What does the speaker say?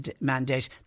mandate